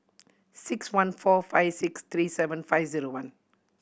six one four five six three seven five zero one